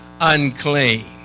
unclean